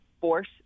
force